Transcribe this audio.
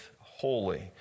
holy